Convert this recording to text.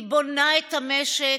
היא בונה את המשק,